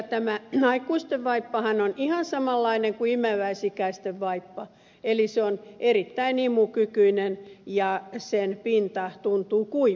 tämä aikuisten vaippahan on ihan samanlainen kuin imeväisikäisten vaippa eli se on erittäin imukykyinen ja sen pinta tuntuu kuivalta